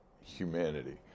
humanity